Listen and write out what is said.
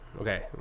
okay